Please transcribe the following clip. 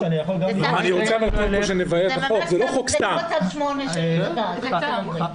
זה כמו צו 8 של הצבא.